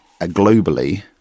globally –